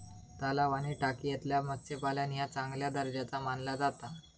तलाव आणि टाकयेतला मत्स्यपालन ह्या चांगल्या दर्जाचा मानला जाता